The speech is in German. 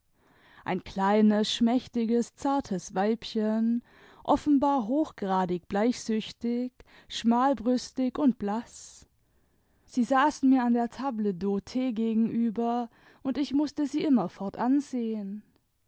ein kleines schmächtig zartes weibchen offenbar hochgradig bleichsüchtig schmalbrüstig und blaß sie saßen mir an der table d'hote gegenüber iind ich mußte sie immerfort ansehen